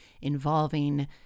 involving